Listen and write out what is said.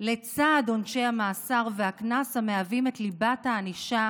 לצד עונשי המאסר והקנס, המהווים את ליבת הענישה